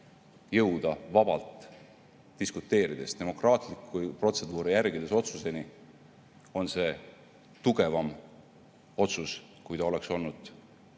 jõuda vabalt diskuteerides demokraatlikke protseduure järgides otsuseni, on see tugevam otsus, kui ta oleks olnud